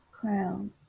crown